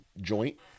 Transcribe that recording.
joint